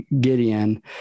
gideon